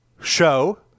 show